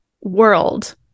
world